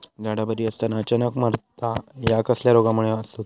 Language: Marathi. झाडा बरी असताना अचानक मरता हया कसल्या रोगामुळे होता?